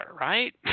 right